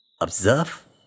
observe